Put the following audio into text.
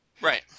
Right